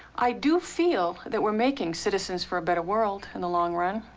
i do feel that we're making citizens for a better world in the long run.